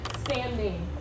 standing